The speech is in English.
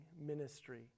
ministry